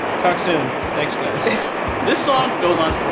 talk soon. thanks, guys this song goes on